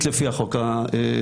לפי החוק האזרחי.